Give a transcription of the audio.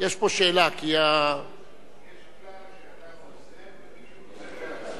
יש פה שאלה, יש כלל שאתה עוזר למי שעוזר לעצמו.